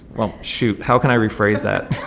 well, shoot. how can i rephrase that?